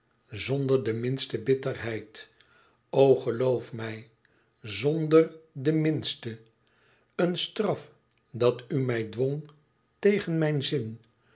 zonder de minste bitterheid o geloof mij zonder de minste een straf dat u mij dwong tegen mijn zin